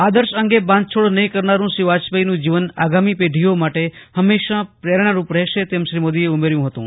આદર્શ અંગે બાંધછોડ નહીં કરનારું શ્રી વાજપેયીનું જીવન આગામી પેઢીઓ માટે હંમેશા પ્રેરણારૂપ રહેશે તેમ શ્રી મોદીએ ઉમેર્યું હતું